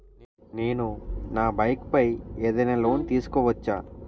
నేను నా బైక్ పై ఏదైనా లోన్ తీసుకోవచ్చా?